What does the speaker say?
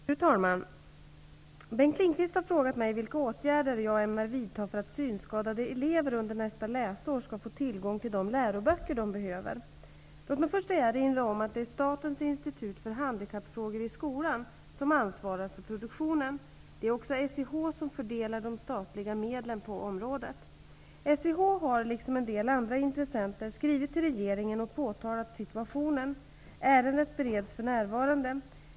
Fru talman! Bengt Lindqvist har frågat mig vilka åtgärder jag ämnar vidta för att synskadade elever under nästa läsår skall få tillgång till de läroböcker de behöver. Låt mig först erinra om att det är Statens institut för handikappfrågor i skolan som ansvarar för produktionen. Det är också SIH som fördelar de statliga medlen på området. SIH har, liksom en del andra intressenter, skrivit till regeringen och påtalat situationen. Ärendet bereds för närvarande.